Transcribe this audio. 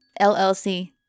llc